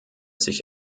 sich